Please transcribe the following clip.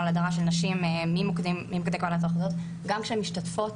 גם כשהן משתתפות,